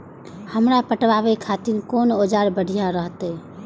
हमरा पटावे खातिर कोन औजार बढ़िया रहते?